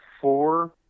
four